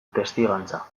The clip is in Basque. testigantza